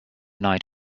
night